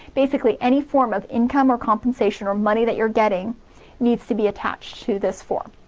basically any form of income or compensation or money that you're getting needs to be attached to this form.